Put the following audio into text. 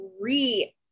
re